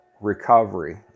recovery